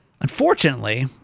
unfortunately